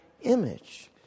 image